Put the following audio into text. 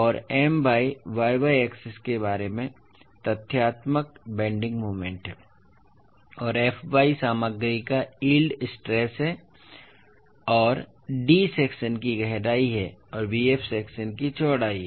और My y y axis के बारे में तथ्यात्मक बेन्डिंग मोमेंट है और fy सामग्री का यील्ड स्ट्रेस है और d सेक्शन की गहराई है और bf सेक्शन की चौड़ाई है